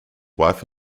wife